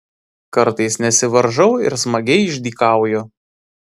kartais nesivaržau ir smagiai išdykauju